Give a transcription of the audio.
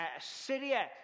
Syria